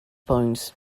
points